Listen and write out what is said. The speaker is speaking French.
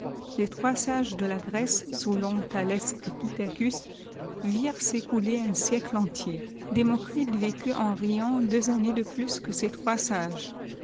les trois sages de la grèce selon thaïes et pittacns virentsécooier un siècte entier démocrite vécut en riant deux années de plos que ces trois